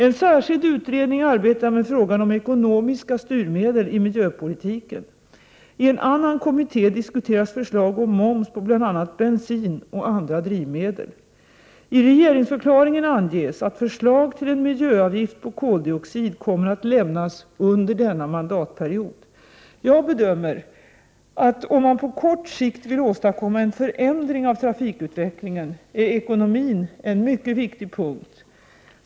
En särskild utredning arbetar med frågan om ekonomiska styrmedel i miljöpolitiken. I en annan kommitté diskuteras förslag om moms på bl.a. bensin och andra drivmedel. I regeringsförklaringen anges att förslag till en miljöavgift på koldioxid kommer att lämnas under denna mandatperiod. Jag 113 bedömer att om man på kort sikt vill åstadkomma en förändring av trafikutvecklingen är ekonomin en mycket viktig punkt.